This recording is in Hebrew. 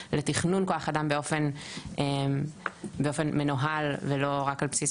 לתכנון כוח אדם באופן מנוהל ולא רק על בסיס